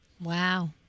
Wow